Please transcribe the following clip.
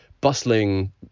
bustling